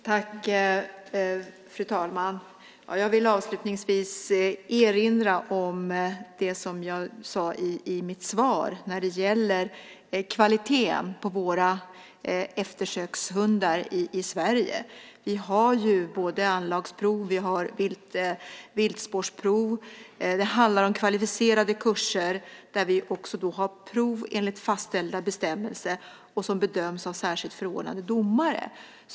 Fru talman! Jag vill avslutningsvis erinra om det som jag sade i mitt svar när det gäller kvaliteten på våra eftersökshundar i Sverige. Vi har anlagsprov och vi har viltspårsprov. Det handlar om kvalificerade kurser, där vi också har prov enligt fastställda bestämmelser och som bedöms av särskilt förordnade domare.